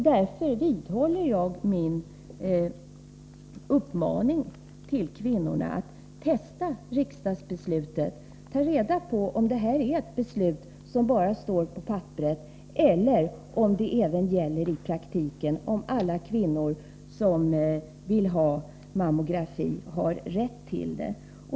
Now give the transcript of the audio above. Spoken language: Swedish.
Därför vidhåller jag min uppmaning till kvinnorna: Testa riksdagsbeslutet! Ta reda på om detta är ett beslut som bara står på papperet eller om det även gäller i praktiken, om alla kvinnor som vill ha mammografi har rätt till det!